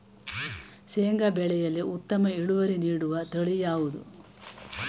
ಶೇಂಗಾ ಬೆಳೆಯಲ್ಲಿ ಉತ್ತಮ ಇಳುವರಿ ನೀಡುವ ತಳಿ ಯಾವುದು?